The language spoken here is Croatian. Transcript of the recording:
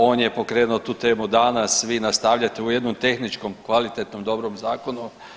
On je pokrenuo tu temu danas, vi nastavljate u jednom tehničkom, kvalitetnom, dobrom zakonu.